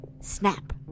Snap